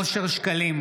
אושר שקלים,